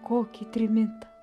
kokį trimitą